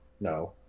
No